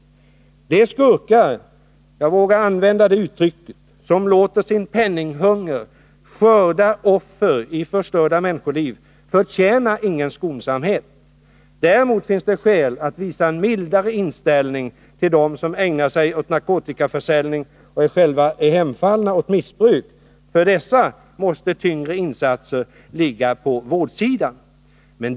De skurkar — jag vågar använda det uttrycket — som låter sin penninghunger skörda offer i förstörda människoliv förtjänar ingen skonsamhet. Däremot finns det skäl att visa en mildare inställning till dem som ägnar sig åt narkotikaförsäljning och själva är hemfallna åt missbruk. För dessa måste de tyngre insatserna ligga på vårdsidan.